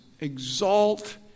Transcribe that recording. exalt